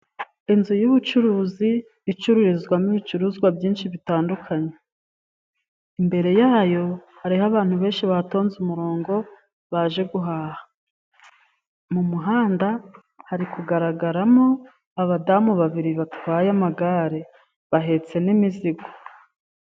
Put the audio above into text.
Inzu y'ubucuruzi, icururizwamo ibicuruzwa byinshi bitandukanye, imbere yayo hariho abantu benshi batonze umurongo, baje guhaha, mu muhanda hari kugaragaramo abadamu babiri, batwaye amagare, bahetse n'imizigo.